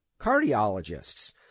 cardiologists